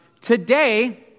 Today